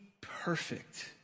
perfect